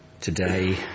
today